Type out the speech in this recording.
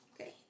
Okay